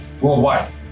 worldwide